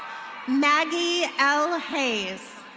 maggie l hayes.